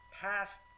past